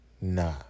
nah